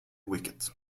wicket